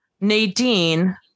Nadine